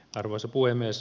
arvoisa puhemies